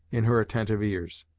in her attentive ears.